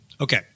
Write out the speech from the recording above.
Okay